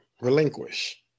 Relinquish